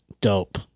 Dope